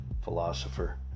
Philosopher